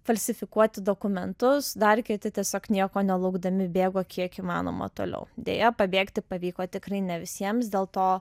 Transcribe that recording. falsifikuoti dokumentus dar kiti tiesiog nieko nelaukdami bėgo kiek įmanoma toliau deja pabėgti pavyko tikrai ne visiems dėl to